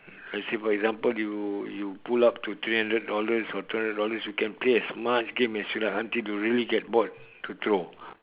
let say for example you you pull up to three hundred dollars or three hundred dollars you can play as much game as you like until you really get bored to throw